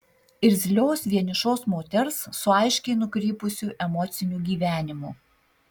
irzlios vienišos moters su aiškiai nukrypusiu emociniu gyvenimu